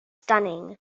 stunning